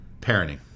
Parenting